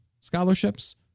scholarships